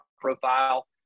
profile